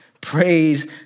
Praise